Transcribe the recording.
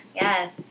Yes